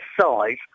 size